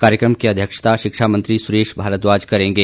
कार्यक्रम की अध्यक्षता शिक्षा मंत्री सुरेश भारद्वाज करेंगे